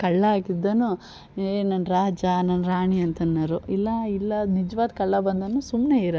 ಕಳ್ಳ ಆಗಿದ್ದೋನು ಎ ನಾನು ರಾಜ ನಾನು ರಾಣಿ ಅಂತನ್ನೋರು ಇಲ್ಲ ಇಲ್ಲ ನಿಜವಾದ ಕಳ್ಳ ಬಂದೊನು ಸುಮ್ಮನೆ ಇರೋನು